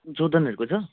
जोर्डनहरूको छ